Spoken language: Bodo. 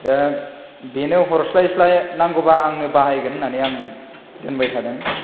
दा बेनो हरस्लायस्लाय नांगौबा आंनो बाहायगोन होन्नानै आं दोनबाय थादों